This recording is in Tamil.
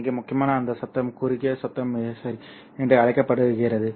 மிக முக்கியமான அந்த சத்தம் குறுகிய சத்தம் சரி என்று அழைக்கப்படுகிறது